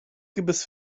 gebiss